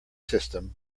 system